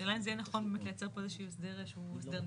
השאלה אם זה יהיה נכון לייצר פה איזה שהוא הסדר שהוא הסדר נפרד.